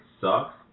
sucks